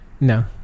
No